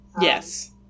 Yes